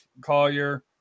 collier